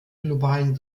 globalen